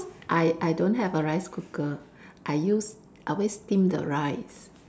because I I don't have a rice cooker I use I always steam the rice